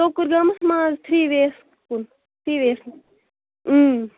ژوکُر گامس منز three way یس کُن تھری وے یس نِش